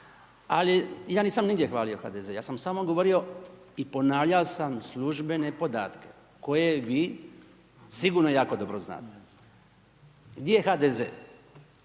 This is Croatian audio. Ali, ja nisam nigdje hvalio HDZ, ja sam samo govorio i ponavljao sam službene podatke, koje vi sigurno jako dobro znate. Gdje je HDZ?